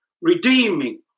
redeeming